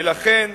ולכן,